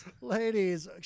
Ladies